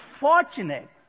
fortunate